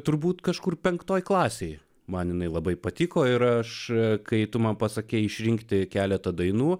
turbūt kažkur penktoje klasėje man jinai labai patiko ir aš kai tu man pasakei išrinkti keletą dainų